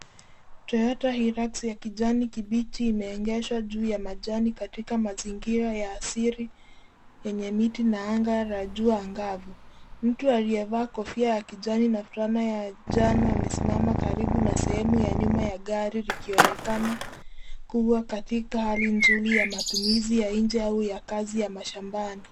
Toyota Hilux ya kijani kibichi imeegeshwa juu ya majani katika mazingira ya asili yenye miti na anga la jua angavu. Mtu aliyevaa kofia ya kijani na fulana ya njano amesimama karibu na sehemu ya nyuma ya gari likionekana kuwa katika hali nzuri ya matumizi ya nje au ya kazi ya mashambani.